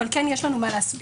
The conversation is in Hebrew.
אבל כן יש לנו מה להסביר.